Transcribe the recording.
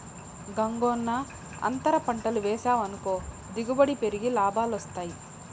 గంగన్నో, అంతర పంటలు వేసావనుకో దిగుబడి పెరిగి లాభాలొస్తాయి